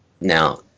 now